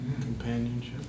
Companionship